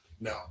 no